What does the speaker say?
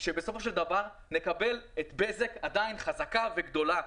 שבסופו של דבר נקבל את בזק עדיין חזקה וגדולה,